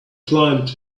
climb